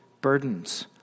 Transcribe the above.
burdens